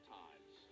times